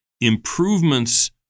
improvements